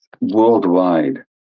worldwide